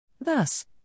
Thus